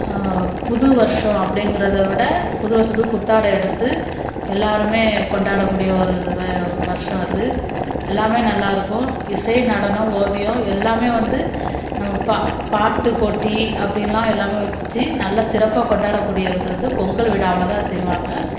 புது வருஷோம் அப்படிங்குறத விட புது வருஷத்துக்கு புத்தாடை எடுத்து எல்லோருமே கொண்டாடக்கூடிய ஒரு இது தான் வருஷோம் அது எல்லாமே நல்லா இருக்கும் இசை நடனம் ஒவியோம் எல்லாமே வந்து நம்ம பா பாட்டு போட்டி அப்படின்னுலாம் எல்லாமே வச்சு நல்லா சிறப்பாக கொண்டாடக்கூடியது வந்து பொங்கல் விழாவில் தான் செய்வாங்க